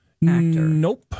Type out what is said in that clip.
Nope